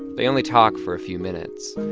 they only talk for a few minutes.